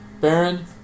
Baron